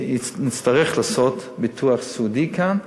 נצטרך לעשות ביטוח סיעוד כאן,